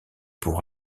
pour